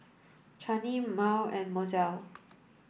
Channie Merl and Mozell